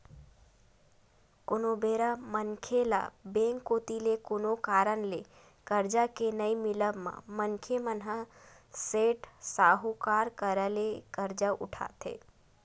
कोनो बेरा मनखे ल बेंक कोती ले कोनो कारन ले करजा के नइ मिलब म मनखे मन ह सेठ, साहूकार करा ले करजा उठाथे